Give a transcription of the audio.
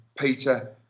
Peter